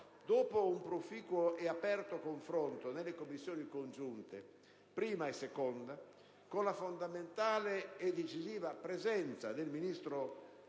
Dopo un proficuo e aperto confronto nelle Commissioni 1a e 2a riunite, con la fondamentale e decisiva presenza del ministro